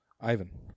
Ivan